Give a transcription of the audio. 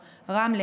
רמלה,